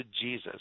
Jesus